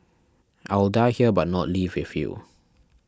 I will die here but not leave with you